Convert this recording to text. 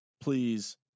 Please